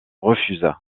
refusa